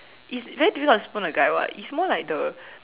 it's very difficult to spoon a guy [what] it's more like the